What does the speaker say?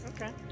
okay